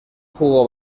jugó